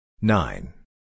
Nine